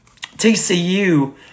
TCU